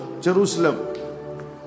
Jerusalem